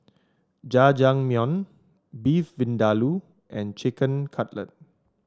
Jajangmyeon Beef Vindaloo and Chicken Cutlet